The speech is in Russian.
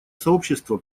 сообщества